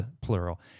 plural